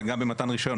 אלא גם במתן רישיון.